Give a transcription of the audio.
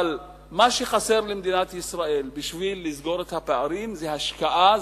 אבל מה שחסר למדינת ישראל בשביל לסגור את הפערים זו השקעה,